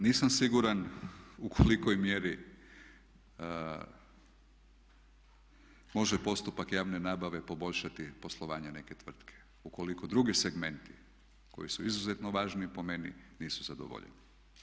Nisam siguran u kolikoj mjeri može postupak javne nabave poboljšati poslovanje neke tvrtke ukoliko drugi segmenti koji su izuzetno važni po meni nisu zadovoljili.